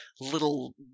little